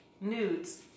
nudes